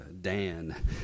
Dan